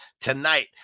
tonight